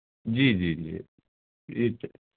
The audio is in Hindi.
जी जी जी यह तो